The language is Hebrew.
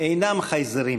אינם חייזרים